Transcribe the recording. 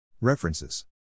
References